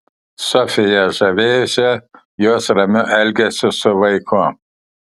sofija žavėjosi jos ramiu elgesiu su vaiku